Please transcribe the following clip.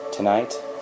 Tonight